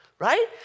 Right